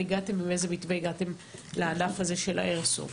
הגעתם ועם איזה מתווה הגעתם לענף הזה של האיירסופט.